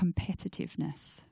competitiveness